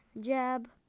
Jab